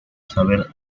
saber